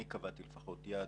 אני קבעתי לפחות יעד,